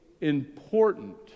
important